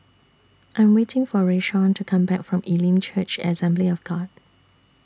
I Am waiting For Rayshawn to Come Back from Elim Church Assembly of God